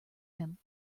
him